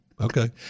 Okay